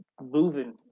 moving